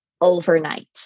overnight